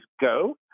Go